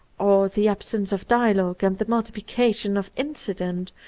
or the absence of dialogue and the multiplication of incident,